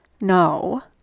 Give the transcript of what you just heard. no